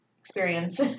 experience